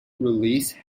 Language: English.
release